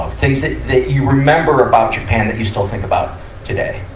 things that, that you remember about japan that you still think about today.